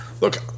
look